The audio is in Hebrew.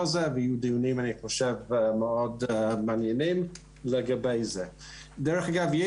על זה ויהיו דיונים אני חושב מאוד מעניינים לגבי זה דרך אגב,